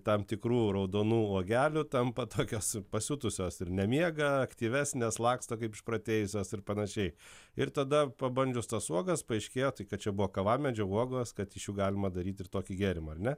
tam tikrų raudonų uogelių tampa tokios pasiutusios ir nemiega aktyvesnės laksto kaip išprotėjusios ir panašiai ir tada pabandžius tas uogas paaiškėja tai kad čia buvo kavamedžio uogos kad iš jų galima daryti tokį gėrimą ar ne